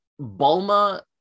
bulma